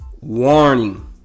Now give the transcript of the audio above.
Warning